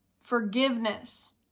Forgiveness